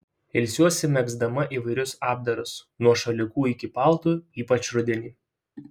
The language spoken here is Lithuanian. ilsiuosi megzdama įvairius apdarus nuo šalikų iki paltų ypač rudenį